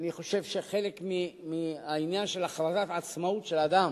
אני חושב שחלק מהעניין של הכרזת עצמאות של אדם,